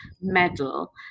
medal